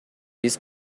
биз